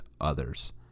others